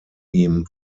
ihm